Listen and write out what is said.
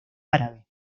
árabe